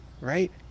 right